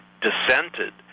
dissented